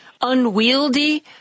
unwieldy